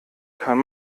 kann